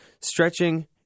stretching